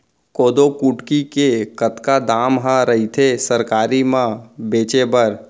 कोदो कुटकी के कतका दाम ह रइथे सरकारी म बेचे बर?